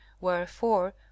wherefore